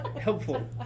helpful